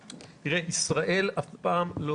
ישראל אף פעם לא